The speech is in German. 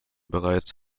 bereits